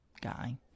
guy